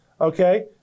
okay